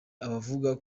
abavuga